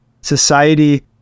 society